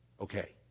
Okay